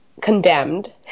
condemned